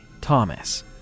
Thomas